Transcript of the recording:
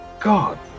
God